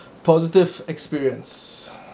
positive experience